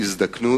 והזדקנות,